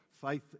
Faith